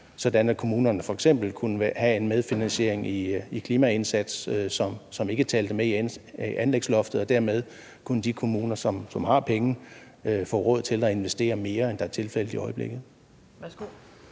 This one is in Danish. sådan at kommunerne f.eks. kunne have en medfinansiering i klimaindsatsen, som ikke talte med i anlægsloftet, så de kommuner, som har penge, dermed kunne få råd til at investere mere, end tilfældet er i øjeblikket?